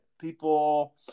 people